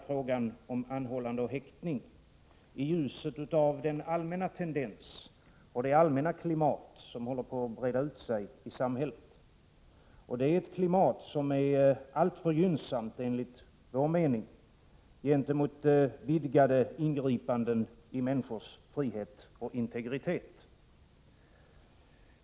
Frågan om anhållande och häktning bör också ses i ljuset av den allmänna tendens och det allmänna klimat som håller på att breda ut sig i samhället. Det är ett klimat som är allför gynnsamt gentemot vidgade ingripanden i människors frihet och integritet.